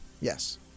Yes